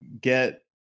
get